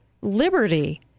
liberty